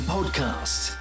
Podcast